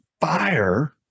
fire